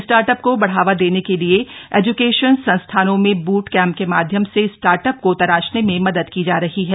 start up को बढ़ावा देने के लिये एज्केशन संस्थानों में बूट कैम्प के माध्यम से स्टार्ट अप को तराशने में मदद की जा रही है